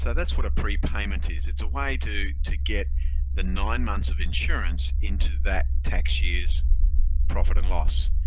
so that's what a prepayment is. it's a way to to get the nine months of insurance into that tax year's profit and loss,